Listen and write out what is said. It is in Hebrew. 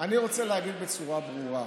אני רוצה להגיד בצורה ברורה: